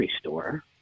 store